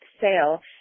sale